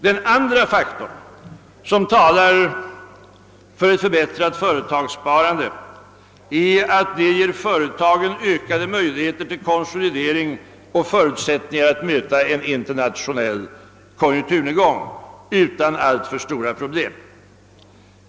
Den andra faktor som talar för ett förbättrat företagssparande är att detta ger företagen ökade möjligheter till konsolidering och bättre förutsättningar att möta en internationell konjunkturnedgång utan alltför stora problem.